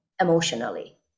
emotionally